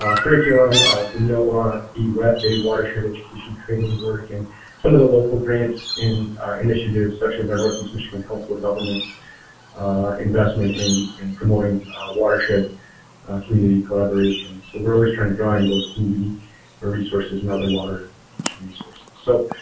curriculum of the noaa b-wet bay watershed education training work and some of the local grants and initiatives such as our northeast michigan council of government's investment in in promoting watershed community collaboration, so we're always trying to draw in those community ah resources and other water education resources. so